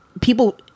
people